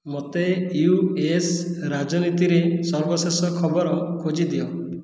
ମୋତେ U S ରାଜନୀତିରେ ସର୍ବଶେଷ ଖବର ଖୋଜି ଦିଅ